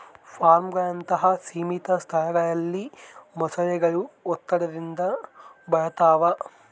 ಫಾರ್ಮ್ಗಳಂತಹ ಸೀಮಿತ ಸ್ಥಳಗಳಲ್ಲಿ ಮೊಸಳೆಗಳು ಒತ್ತಡದಿಂದ ಬಳಲ್ತವ